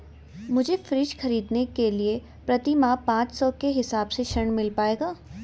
मुझे फ्रीज खरीदने के लिए प्रति माह पाँच सौ के हिसाब से ऋण मिल पाएगा?